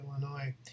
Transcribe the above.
Illinois